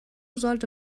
sollte